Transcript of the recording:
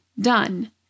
done